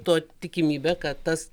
to tikimybė kad tas